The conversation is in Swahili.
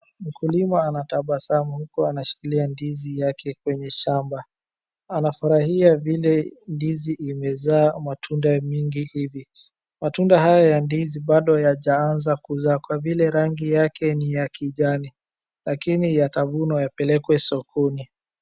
Mkulima anatabasamu huku anashikilia ndizi yake kwenye shamba anafurahia vile ndizi imezaa matunda mingi hivi. Matunda haya ya ndizi bado hayajaanza kuzaa kwa vile rangi yake ni ya kijani lakini yatavunwa yapelekwe sokoni.